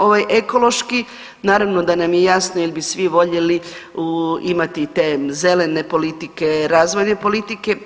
Ovaj ekološki naravno da nam je jasno jer bi svi voljeli imati te zelene politike, razvojne politike.